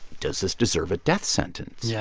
does this deserve a death sentence? yeah